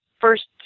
first